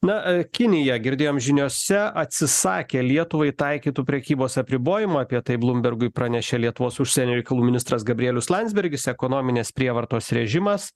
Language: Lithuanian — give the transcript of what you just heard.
na kinija girdėjom žiniose atsisakė lietuvai taikytų prekybos apribojimų apie tai blumbergui pranešė lietuvos užsienio reikalų ministras gabrielius landsbergis ekonominės prievartos režimas